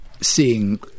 seeing